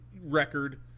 record